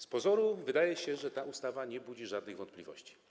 Z pozoru wydaje się, że ta ustawa nie budzi żadnych wątpliwości.